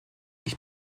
ich